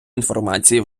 інформації